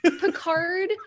picard